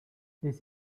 this